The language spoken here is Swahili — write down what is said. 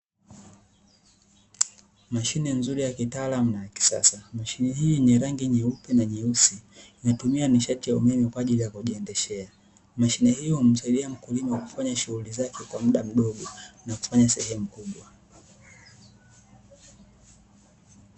Mashine nzuri ya kitaalamu na ya kisasa. Mashine hii yenye rangi nyeupe na nyeusi inatumia nishati ya umeme kwaajili ya kujiendeshea. Mashine hii humssidia mkulima kufanya shughuli zake kwa muda mdogo, na kufanya sehemu kubwa.